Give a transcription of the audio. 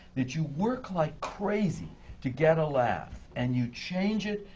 that you work like crazy to get a laugh. and you change it,